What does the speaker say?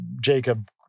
Jacob